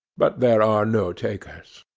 but there are no takers.